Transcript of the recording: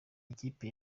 ikipe